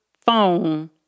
phone